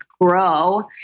grow